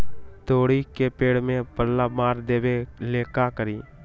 तोड़ी के पेड़ में पल्ला मार देबे ले का करी?